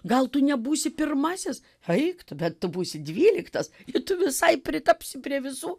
gal tu nebūsi pirmasis eik tu bet tu būsi dvyliktas ir tu visai pritapsi prie visų